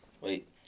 Wait